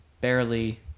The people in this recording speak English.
barely